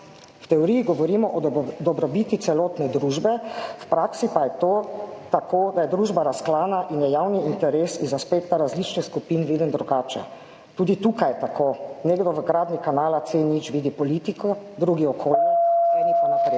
V teoriji govorimo o dobrobiti celotne družbe, v praksi pa je to tako, da je družba razklana in je javni interes iz aspekta različnih skupin viden drugače. Tudi tukaj je tako. Nekdo v gradnji kanala C0 vidi politiko, drugi okolja, eni pa napredek.